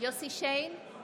יוסף שיין,